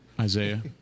Isaiah